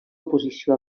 oposició